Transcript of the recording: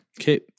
Okay